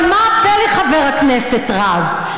אבל מה הפלא, חבר הכנסת רז?